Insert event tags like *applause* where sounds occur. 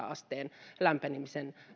*unintelligible* asteen lämpenemisen